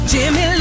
Jimmy